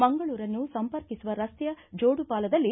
ಮಂಗಳೂರನ್ನು ಸಂಪರ್ಕಿಸುವ ರಸ್ತೆಯ ಜೋಡುಪಾಲದಲ್ಲಿ